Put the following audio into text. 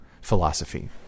philosophy